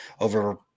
over